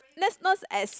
that's not as